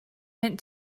went